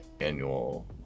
annual